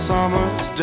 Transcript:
Summer's